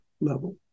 level